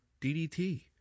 DDT